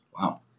Wow